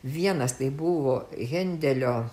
vienas tai buvo hendelio